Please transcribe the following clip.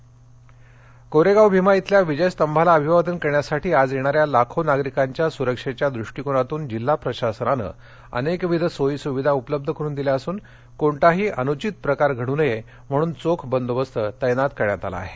कोरेगाव भीमा कोरेगाव भीमा इथल्या विजय स्तंभाला अभिवादन करण्यासाठी आज येणाऱ्या लाखो नागरिकांच्या सुरक्षेच्या दृष्टिकोनातून जिल्हा प्रशासनाने अनेकविध सोयी सुविधा उपलब्ध करून दिल्या असुन कोणताही अनुचित प्रकार घड् नये म्हणून चोख बंदोबस्त तैनात करण्यात आला आहे